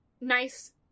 nice